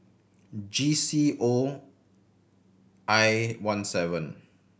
G C O I one seven